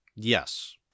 Yes